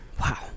wow